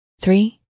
three